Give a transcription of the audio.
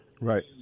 right